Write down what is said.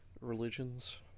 religions